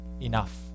enough